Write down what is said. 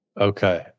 Okay